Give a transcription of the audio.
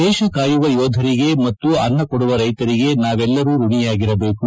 ದೇಶ ಕಾಯುವ ಯೋಧರಿಗೆ ಮತು ಅನ್ನ ಕೊಡುವ ರೈತರಿಗೆ ನಾವೆಲ್ಲರೂ ಋಣಿಯಾಗಿರಬೇಕು